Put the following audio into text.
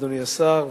אדוני השר,